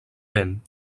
vent